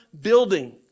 building